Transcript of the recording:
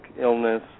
illness